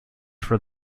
for